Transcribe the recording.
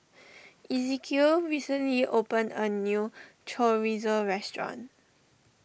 Ezekiel recently opened a new Chorizo restaurant